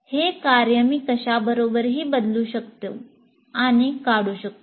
हे कार्य मी कशाबरोबरही बदलू शकतो आणि काढू शकतो